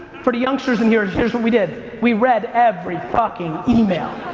for the youngsters in here, here's what we did we read every fucking email.